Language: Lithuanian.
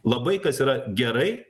labai kas yra gerai